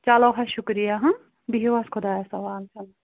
چلو حظ شُکریہ بِہوٗ حظ خۄدایس حوال چلو